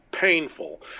painful